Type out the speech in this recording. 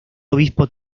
obispo